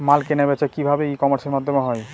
মাল কেনাবেচা কি ভাবে ই কমার্সের মাধ্যমে হয়?